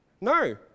No